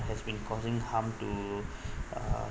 has been causing harm to uh